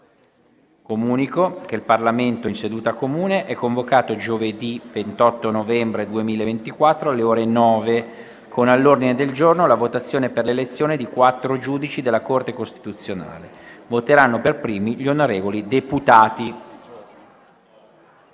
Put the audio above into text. Comunico che il Parlamento in seduta comune è convocato giovedì 28 novembre 2024, alle ore 9, con all'ordine del giorno la votazione per l'elezione di quattro giudici della Corte costituzionale. Voteranno per primi gli onorevoli deputati.